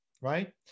Right